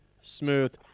Smooth